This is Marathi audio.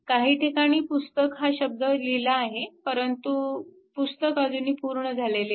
काही ठिकाणी पुस्तक हा शब्द लिहिला आहे परंतु पुस्तक अजुनी पूर्ण झालेले नाही